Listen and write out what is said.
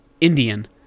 Indian